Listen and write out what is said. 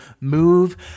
move